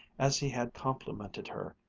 as he had complimented her,